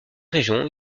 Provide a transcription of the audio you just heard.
régions